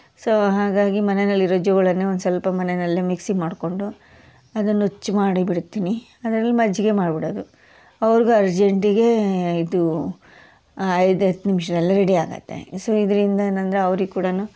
so ಹಾಗಾಗಿ ಮನೆಯಲ್ಲಿರೋ ಜೋಳನೇ ಒಂದು ಸ್ವಲ್ಪ ಮನೆಯಲ್ಲೆ ಮಿಕ್ಸಿ ಮಾಡಿಕೊಂಡು ಅದನ್ನು ನುಚ್ಚು ಮಾಡಿಬಿಡ್ತೀನಿ ಅದ್ರಲ್ಲಿ ಮಜ್ಜಿಗೆ ಮಾಡ್ಬಿಡದು ಅವ್ರಿಗೂ ಅರ್ಜೆಂಟಿಗೆ ಇದು ಐದು ಹತ್ತು ನಿಮ್ಷ್ದಲ್ಲೇ ರೆಡಿ ಆಗುತ್ತೆ ಸೊ ಇದರಿಂದ ಏನಂದರೆ ಅವ್ರಿಗೆ ಕೂಡ